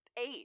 eight